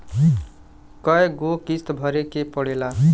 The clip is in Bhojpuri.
कय गो किस्त भरे के पड़ेला?